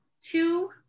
two